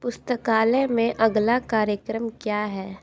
पुस्तकालय में अगला कार्यक्रम क्या है